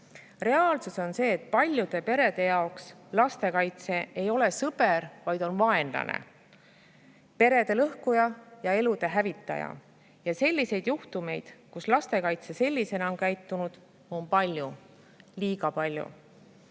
Reaalsus on see, et paljude perede jaoks lastekaitse ei ole sõber, vaid on vaenlane: perede lõhkuja ja elude hävitaja. Ja selliseid juhtumeid, kus lastekaitse sellisena on käitunud, on palju. Liiga palju.